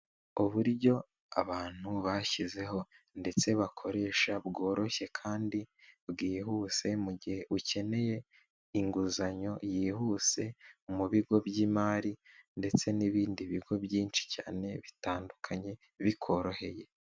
Uburyo abantu bashyizeho ndetse bakoresha bworoshye kandi bwihuse, mu gihe ukeneye inguzanyo yihuse mu bigo by'imari ndetse n'ibindi bigo byinshi cyane bitandukanye bikoroheye.